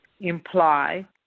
imply